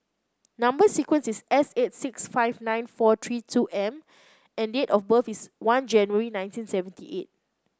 number sequence is S eight six five nine four three two M and date of birth is one January nineteen seventy eight